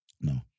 No